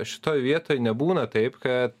šitoj vietoj nebūna taip kad